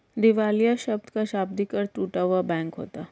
दिवालिया शब्द का शाब्दिक अर्थ टूटा हुआ बैंक होता है